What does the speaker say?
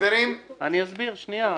חברים --- אני אסביר, שנייה.